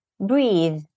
breathe